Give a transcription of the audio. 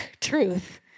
truth